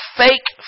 fake